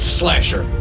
slasher